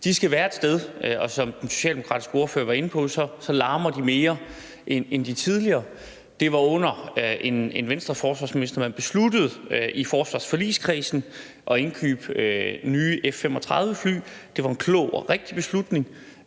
De skal være et sted, og som den socialdemokratiske ordfører var inde på, så larmer de mere end de gamle. Det var under en Venstreforsvarsminister, at man i forsvarsforligskredsen besluttede at indkøbe nye F-35-fly. Det var en klog og rigtig beslutning.